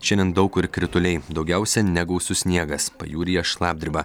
šiandien daug kur krituliai daugiausia negausus sniegas pajūryje šlapdriba